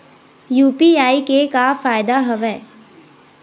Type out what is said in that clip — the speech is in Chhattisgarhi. यू.पी.आई के का फ़ायदा हवय?